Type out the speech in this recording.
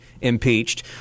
impeached